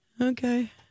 Okay